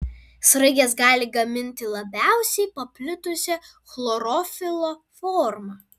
sraigės gali gaminti labiausiai paplitusią chlorofilo formą